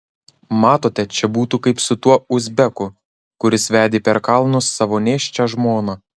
matote čia būtų kaip su tuo uzbeku kuris vedė per kalnus savo nėščią žmoną